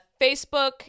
Facebook